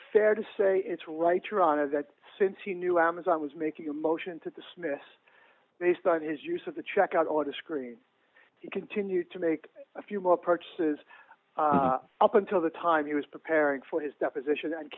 fair to say it's right around is that since he knew amazon was making a motion to dismiss based on his use of the check out on the screen he continued to make a few more purchases up until the time he was preparing for his deposition and